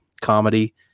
comedy